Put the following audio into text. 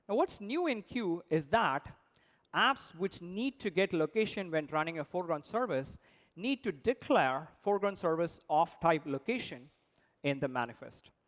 but what's new in q is that apps which need to get location when running a foreground service need to declare foreground service of type location in the manifest.